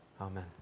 amen